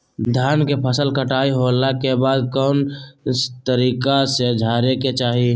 धान के फसल कटाई होला के बाद कौन तरीका से झारे के चाहि?